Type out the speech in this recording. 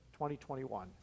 2021